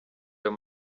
ayo